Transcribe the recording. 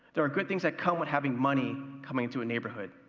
there are good things that come with having money coming into a neighborhood,